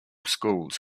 schools